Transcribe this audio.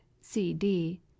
CD